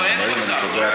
חשוב.